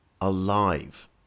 Alive